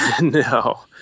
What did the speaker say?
No